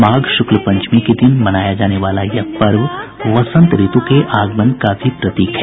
माघ शुक्ल पंचमी के दिन मनाया जाना वाला यह पर्व वसंत ऋतु के आगमन का भी प्रतीक है